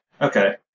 Okay